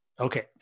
Okay